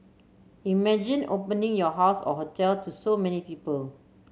imagine opening your house or hotel to so many people